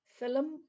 film